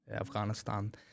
Afghanistan